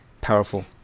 powerful